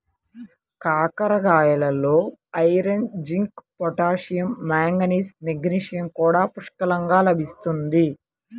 కాకరకాయలలో iron, zinc, potassium, manganese, magnesium కూడా పుష్కలంగా లభిస్తుంది